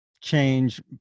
change